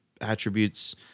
attributes